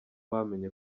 bamenye